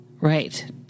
Right